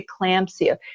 preeclampsia